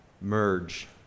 merge